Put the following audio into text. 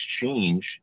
change